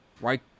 right